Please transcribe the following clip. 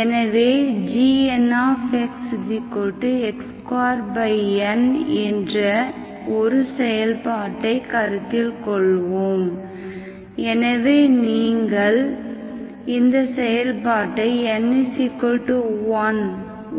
எனவே gnxx2n என்ற ஒரு செயல்பாட்டை கருத்தில் கொள்வோம் எனவே நீங்கள் இந்த செயல்பாட்டை n 1